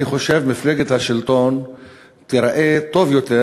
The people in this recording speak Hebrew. אני חושב מפלגת השלטון תיראה טוב יותר,